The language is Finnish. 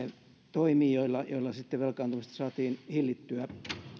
toimiin joilla joilla sitten velkaantumista saatiin hillittyä